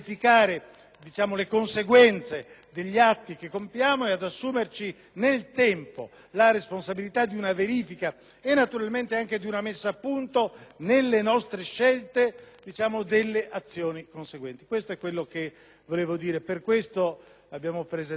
le conseguenze degli atti che compiamo e ad assumerci nel tempo la responsabilità di una verifica e, naturalmente, anche di una messa a punto, nelle nostre scelte, delle azioni conseguenti. Questo è quanto volevo dire. Per tale ragione abbiamo presentato,